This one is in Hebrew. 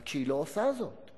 רק שהיא לא עושה זאת.